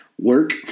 work